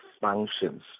functions